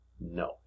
No